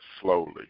slowly